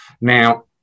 Now